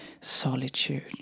solitude